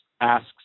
asks